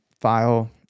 file